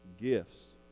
gifts